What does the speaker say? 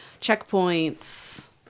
Checkpoints